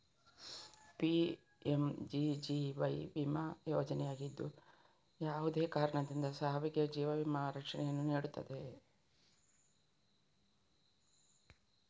PMGGY ವಿಮಾ ಯೋಜನೆಯಾಗಿದ್ದು, ಯಾವುದೇ ಕಾರಣದಿಂದ ಸಾವಿಗೆ ಜೀವ ವಿಮಾ ರಕ್ಷಣೆಯನ್ನು ನೀಡುತ್ತದೆ